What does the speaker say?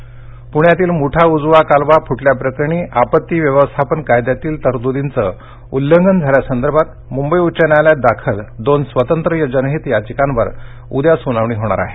कालवा दर्घटना पुण्यातील मुठा उजवा कालवा फुटल्या प्रकरणी आपत्ती व्यवस्थापन कायद्यातील तरतुर्दीचं उल्लंघन झाल्यासंदर्भात मुंबई उच्च न्यायालयात दाखल दोन स्वतंत्र जनहित याचिकांवर उद्या सुनावणी होणार आहे